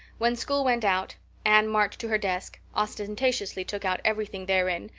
when school went out anne marched to her desk, ostentatiously took out everything therein,